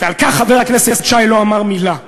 על כך חבר הכנסת שי לא אמר מילה.